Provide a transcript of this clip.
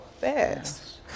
fast